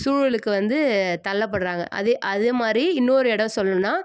சூழலுக்கு வந்து தள்ளப்படுறாங்க அதே அதேமாதிரி இன்னொரு இடம் சொல்லணுன்னா